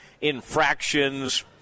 infractions